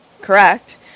correct